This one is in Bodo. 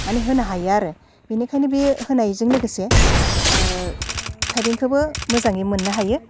माने होनो हायो आरो बिनिखायनो बे होनायजों लोगोसे थाइबेंखोबो मोजाङै मोननो हायो